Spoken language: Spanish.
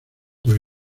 pues